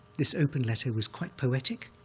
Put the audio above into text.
this open letter was quite poetic,